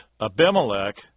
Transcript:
Abimelech